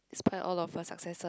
inspired all of her successors